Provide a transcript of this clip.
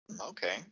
Okay